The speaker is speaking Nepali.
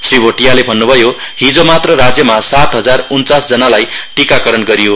श्री भोटियाले भन्नुभयो हिजोमात्र राज्यमा सात हजाक उन्चास जनालाई टीकाकरण गरियो